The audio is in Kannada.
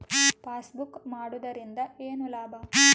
ಪಾಸ್ಬುಕ್ ಮಾಡುದರಿಂದ ಏನು ಲಾಭ?